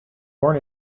born